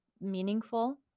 meaningful